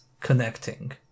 connecting